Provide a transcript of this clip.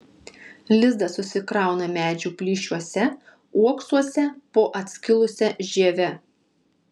lizdą susikrauna medžių plyšiuose uoksuose po atskilusia žieve